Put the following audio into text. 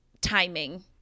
timing